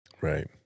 Right